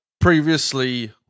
previously